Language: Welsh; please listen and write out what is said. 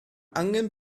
angen